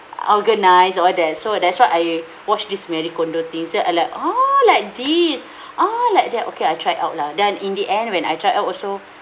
organize all that so that's why I watch this marie kondo things then I like orh like this orh like that okay I tried out lah then in the end when I try out also